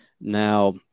Now